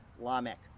Lamech